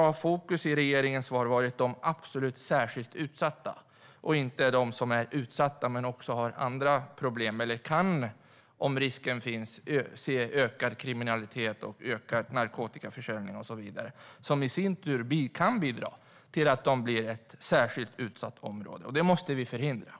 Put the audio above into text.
har fokus i regeringens svar varit de särskilt utsatta områdena och inte de utsatta områdena. Men risken finns att vi får se ökad kriminalitet och ökad narkotikaförsäljning i de utsatta områdena, vilket i sin tur kan bidra till att de blir särskilt utsatta. Detta måste vi förhindra.